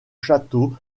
château